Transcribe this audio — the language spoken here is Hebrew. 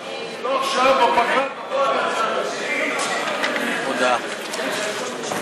לוועדה את הצעת חוק ועדת שרים לענייני ביטחון לאומי (תיקוני חקיקה),